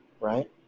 right